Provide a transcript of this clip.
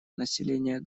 населения